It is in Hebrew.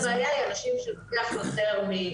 הבעיה עם אנשים שזה לוקח יותר זמן,